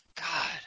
God